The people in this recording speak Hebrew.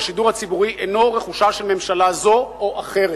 שהשידור הציבורי אינו רכושה של ממשלה זו או אחרת.